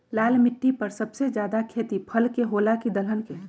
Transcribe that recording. लाल मिट्टी पर सबसे ज्यादा खेती फल के होला की दलहन के?